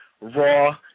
Raw